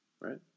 right